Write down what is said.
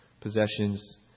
possessions